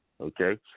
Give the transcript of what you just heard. Okay